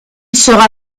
sera